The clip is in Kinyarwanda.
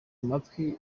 amatwi